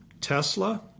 Tesla